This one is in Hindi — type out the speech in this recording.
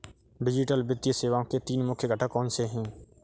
डिजिटल वित्तीय सेवाओं के तीन मुख्य घटक कौनसे हैं